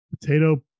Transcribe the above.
potato